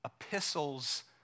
epistles